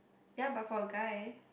ya but for a guy